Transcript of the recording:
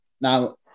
Now